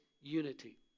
unity